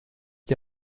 die